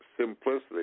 simplicity